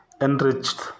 enriched